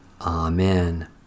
Amen